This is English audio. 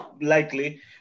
likely